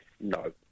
No